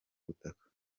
ubutaka